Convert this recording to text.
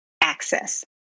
access